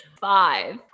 five